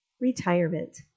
Retirement